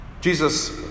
Jesus